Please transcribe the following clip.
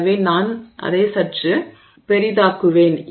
எனவே நான் அதை சற்று பெரிதாக்குவேன்